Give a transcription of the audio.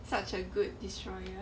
such a good destroyer